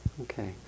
Okay